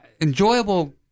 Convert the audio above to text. enjoyable